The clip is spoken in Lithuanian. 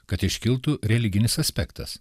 kad iškiltų religinis aspektas